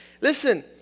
Listen